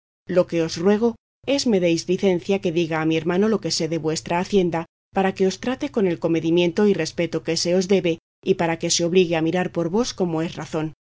lo que os ruego es me deis licencia que diga a mi hermano lo que sé de vuestra hacienda para que os trate con el comedimiento y respecto que se os debe y para que se obligue a mirar por vos como es razón